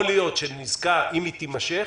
יכול להיות שאם היא תימשך